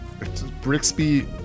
Brixby